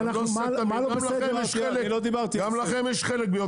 מה אנחנו --- גם לכם יש חלק ביוקר המחייה.